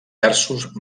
versos